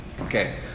Okay